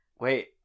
wait